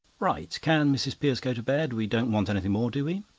right. can mrs. pearce go to bed? we don't want anything more, do we?